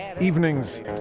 evening's